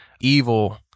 evil